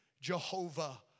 jehovah